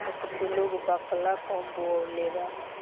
असो लोग बकला कम बोअलेबा